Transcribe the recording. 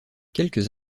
quelques